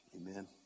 amen